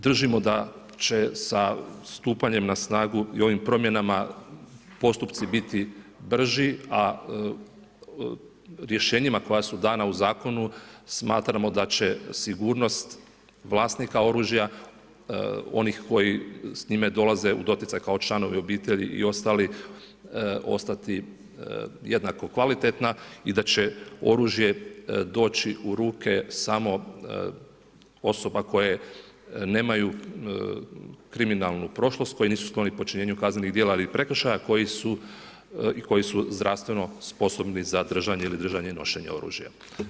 Držimo da će se stupanjem na snagu i ovim promjenama postupci biti brži, a rješenjima koja su dana u zakonu smatramo da će sigurnost vlasnika oružja onih koji s njime dolaze u doticaj kao članovi obitelji i ostali ostati jednako kvalitetna i da će oružje doći u ruke samo osoba koje nemaju kriminalnu prošlost koji nisu skloni počinjenju kaznenih djela ali i prekršaja koji su zdravstveno sposobni za držanje ili držanje i nošenje oružja.